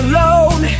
Alone